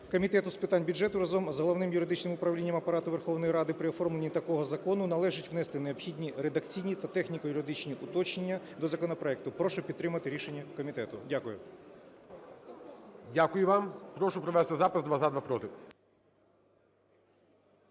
Комітету з питань бюджету разом з Головним юридичним управлінням Апарату Верховної Ради при оформленні такого закону належить внести необхідні редакційні та техніко-юридичні уточнення до законопроекту. Прошу підтримати рішення комітету. Дякую. ГОЛОВУЮЧИЙ. Дякую вам. Прошу провести запис: два – за, два – проти.